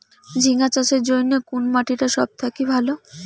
ঝিঙ্গা চাষের জইন্যে কুন মাটি টা সব থাকি ভালো?